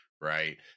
right